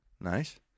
Nice